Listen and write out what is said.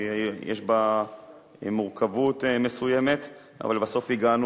יש בה מורכבות מסוימת, אבל לבסוף הגענו